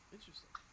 Interesting